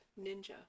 ninja